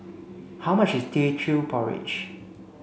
how much is Teochew Porridge